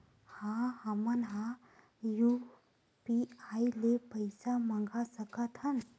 का हमन ह यू.पी.आई ले पईसा मंगा सकत हन?